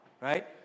right